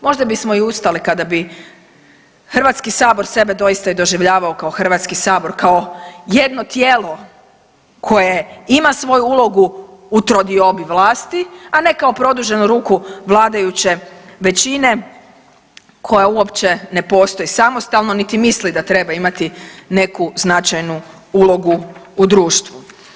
Možda bismo i ustali kada bi Hrvatski sabor sebe doista i doživljavao kao Hrvatski sabor, kao jedno tijelo koje ima svoju ulogu u trodiobi vlasti, a ne kao produženu ruku vladajuće većine koja uopće ne postoji samostalno niti misli da treba imati neku značajnu ulogu u društvu.